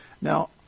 Now